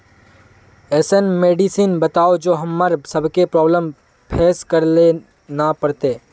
ऐसन मेडिसिन बताओ जो हम्मर सबके प्रॉब्लम फेस करे ला ना पड़ते?